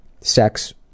sex